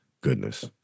goodness